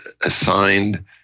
assigned